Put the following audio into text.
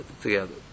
together